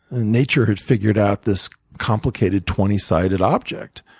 nature had figured out this complicated twenty sided object.